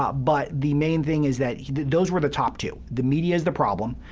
ah but the main thing is that those were the top two the media is the problem,